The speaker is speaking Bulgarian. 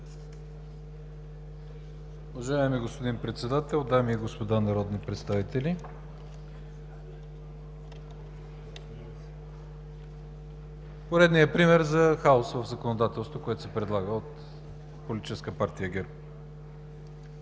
Поредният пример за хаос в законодателството, което се предлага от политическа партия ГЕРБ,